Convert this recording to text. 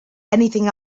anything